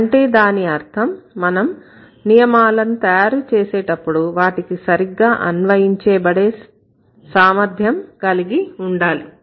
అంటే దాని అర్థం మనం నియమాలను తయారు చేసేటప్పుడు వాటికి సరిగ్గా అన్వయించబడే సామర్థ్యం కలిగి ఉండాలి